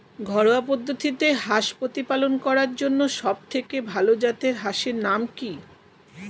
ঘরোয়া পদ্ধতিতে হাঁস প্রতিপালন করার জন্য সবথেকে ভাল জাতের হাঁসের নাম কি?